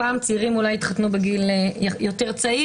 פעם אנשים היו מתחתנים בגיל צעיר יותר,